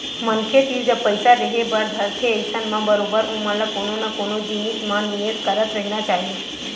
मनखे तीर जब पइसा रेहे बर धरथे अइसन म बरोबर ओमन ल कोनो न कोनो जिनिस म निवेस करत रहिना चाही